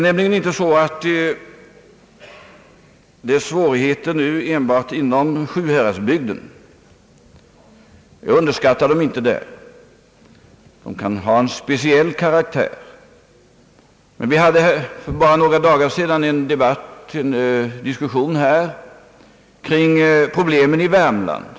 Svårigheter föreligger nämligen inte enbart i Sjuhäradsbygden — jag underskattar dem inte där, och de kan ha en speciell karaktär — men jag kan påminna om att vi för några dagar sedan hade en diskussion här kring problemen i Värmland.